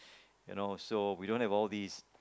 you know so we don't have all these